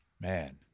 Man